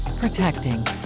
protecting